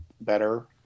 better